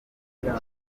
rubuga